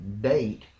date